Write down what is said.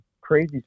crazy